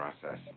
process